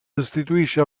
sostituisce